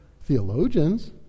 theologians